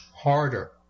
harder